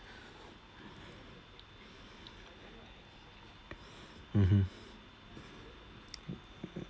mmhmm